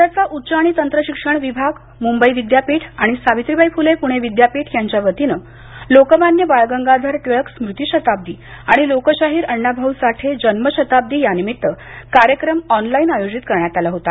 राज्याचा उच्च आणि तंत्र शिक्षण विभाग मुंबई विद्यापीठ आणि सावित्रीबाई फुले पुणे विद्यापीठ यांच्या वतीनं लोकमान्य बाळ गंगाधर टिळक स्मृती शताब्दी आणि लोकशाहीर अण्णा भाऊ साठे जन्मशताब्दी कार्यक्रम ऑनलाईन आयोजित करण्यात आला होता